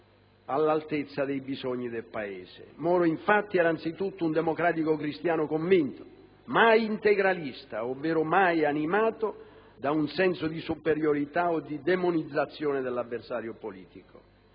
all'altezza dei bisogni del Paese. Moro, infatti, era anzitutto un democratico cristiano convinto, mai integralista, ovvero mai animato da un senso di superiorità o di demonizzazione dell'avversario politico.